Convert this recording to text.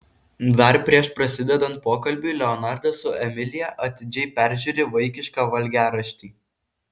dar prieš prasidedant pokalbiui leonardas su emilija atidžiai peržiūri vaikišką valgiaraštį